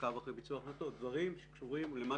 מעקב אחרי ביצוע החלטות דברים שקשורים למה